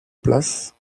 place